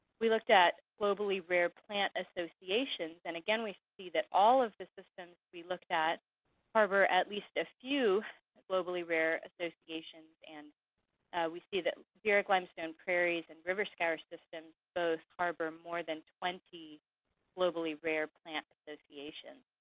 we looked at globally rare plant associations, and again we see that all of the systems we looked at harbor at least a few globally rare associations. and we see that xeric limestone prairies and river scour systems both harbor more than twenty globally rare plant associations.